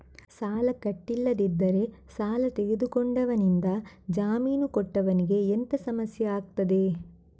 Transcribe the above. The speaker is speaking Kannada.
ಸಾಲ ಕಟ್ಟಿಲ್ಲದಿದ್ದರೆ ಸಾಲ ತೆಗೆದುಕೊಂಡವನಿಂದ ಜಾಮೀನು ಕೊಟ್ಟವನಿಗೆ ಎಂತ ಸಮಸ್ಯೆ ಆಗ್ತದೆ?